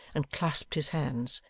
and clasped his hands.